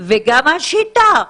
וגם "שיטה".